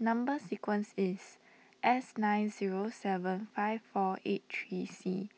Number Sequence is S nine zero seven five four eight three C